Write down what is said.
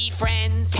friends